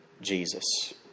Jesus